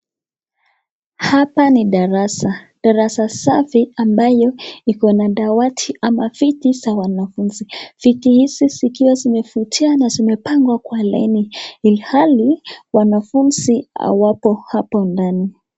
Hapa ni darasa, darasa safi ambayo iko na dawati ama viti za wanafunzi. Viti izi zikiwa zimevutia na zimepangwa kwa laini ilhali wanafunzi hawako hapa ndani.